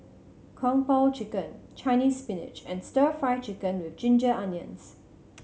Kung Po Chicken Chinese Spinach and Stir Fry Chicken with ginger onions